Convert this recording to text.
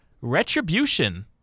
Retribution